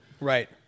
Right